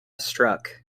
struck